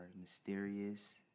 mysterious